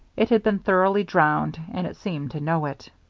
it had been thoroughly drowned, and it seemed to know it.